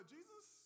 Jesus